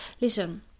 listen